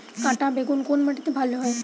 কাঁটা বেগুন কোন মাটিতে ভালো হয়?